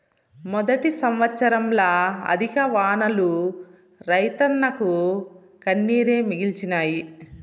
మొదటి సంవత్సరంల అధిక వానలు రైతన్నకు కన్నీరే మిగిల్చినాయి